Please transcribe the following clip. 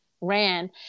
ran